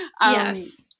yes